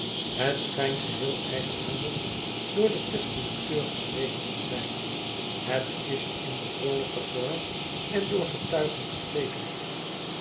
het schijnt geheel eigenhandig door den testamenteur geschreven te zijn het is in behoorlijken vorm en door getuigen geteekend